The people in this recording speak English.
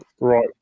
right